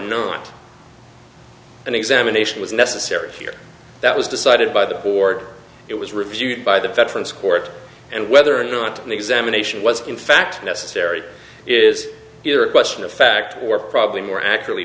not an examination was necessary here that was decided by the board it was reviewed by the veterans court and whether or not an examination was in fact necessary is your question a fact or probably more accurately